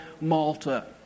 Malta